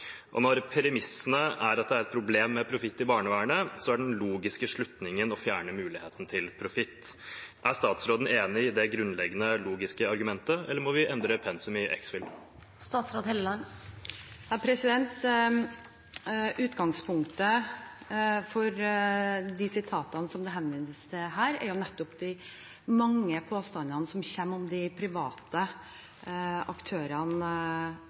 og når premissene er at det er et problem med profitt i barnevernet, er den logiske slutningen å fjerne muligheten til profitt. Er statsråden enig i det grunnleggende logiske argumentet – eller må vi endre pensum i Exphil. Utgangspunktet for de sitatene som det henvises til her, er nettopp de mange påstandene som veldig ofte kommer om de private aktørene.